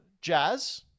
Jazz